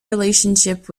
relationship